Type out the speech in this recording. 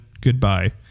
goodbye